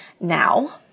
now